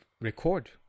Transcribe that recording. record